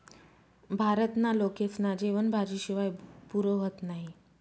भारतना लोकेस्ना जेवन भाजी शिवाय पुरं व्हतं नही